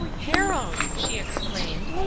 harold! she exclaimed.